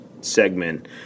segment